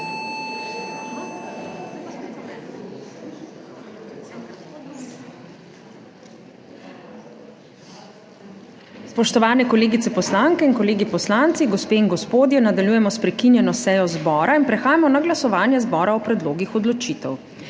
Spoštovane kolegice poslanke in kolegi poslanci, gospe in gospodje! Nadaljujemo s prekinjeno sejo zbora in prehajamo na glasovanje zbora o predlogih odločitev.